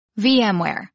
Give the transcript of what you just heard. VMware